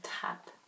tap